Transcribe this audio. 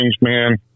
man